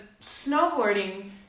snowboarding